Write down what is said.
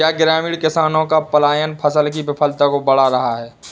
क्या ग्रामीण किसानों का पलायन फसल की विफलता को बढ़ा रहा है?